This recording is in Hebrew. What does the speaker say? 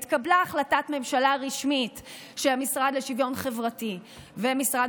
התקבלה החלטת ממשלה רשמית שהמשרד לשוויון חברתי ומשרד